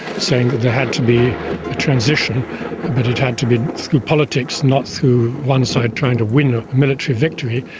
saying that there had to be a transition but it had to be through politics, not through one side trying to win a military victory,